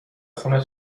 خون